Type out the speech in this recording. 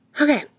Okay